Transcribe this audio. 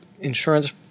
insurance